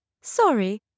sorry